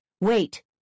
Wait